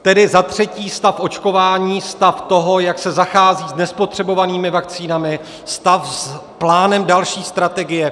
Tedy za třetí stav očkování, stav toho, jak se zachází s nespotřebovanými vakcínami, stav s plánem další strategie.